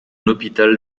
hôpital